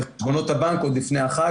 בחשבונות הבנק עוד לפני החג.